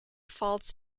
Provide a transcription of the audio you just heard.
faults